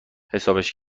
حسابش